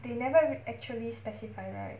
they never actually specify right